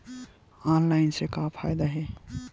Online से का फ़ायदा हे?